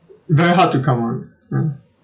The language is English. very hard to cover mm